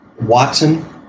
Watson